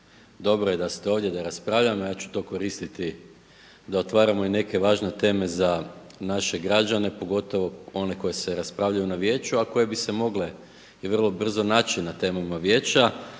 Dobro je da ste ovdje da raspravljamo, ja ću to koristiti da otvaramo i neke važne teme za naše građane, pogotovo one koji se raspravljaju na vijeću, a koje bi se mogle i vrlo brzo naći na temama vijeća.